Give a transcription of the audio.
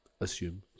assume